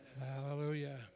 Hallelujah